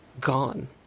gone